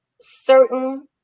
certain